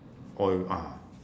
all ah